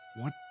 What